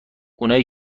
اونای